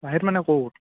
বাহিৰত মানে ক'ত